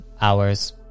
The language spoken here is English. hours